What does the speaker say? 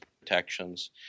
protections